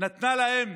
נתנה להם